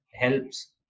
helps